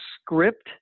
script